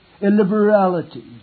illiberality